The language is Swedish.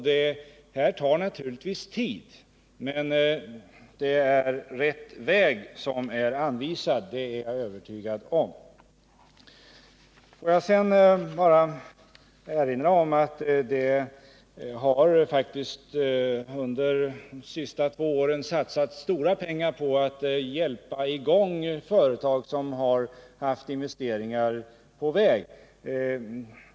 Detta tar naturligtvis tid, men det är rätt väg som är anvisad, det är jag övertygad om. Får jag sedan erinra om att det faktiskt under de sista två åren satsats stora pengar på att utveckla företag som haft investeringar på väg.